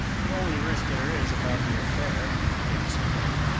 the only risk there is about the affair, he explained,